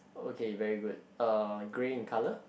okay very good uh grey in colour